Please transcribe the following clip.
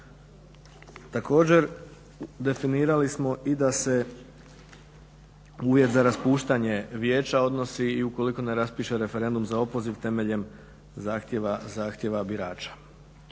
Također definirali smo da se uvjet za raspuštanje vijeća odnosi i ukoliko ne raspiše referendum za opoziv temeljem zahtjeva birača.